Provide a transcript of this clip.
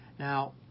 Now